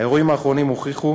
האירועים האחרונים הוכיחו